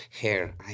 Hair